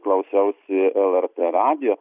klausiausi lrt radijo